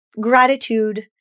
gratitude